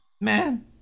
Man